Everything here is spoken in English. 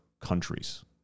countries